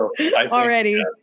Already